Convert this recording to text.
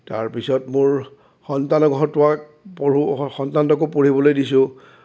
তাৰপিছত মোৰ সন্তানহতোৱাক সন্তানহঁতকো পঢ়িবলৈ দিছোঁ